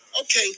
Okay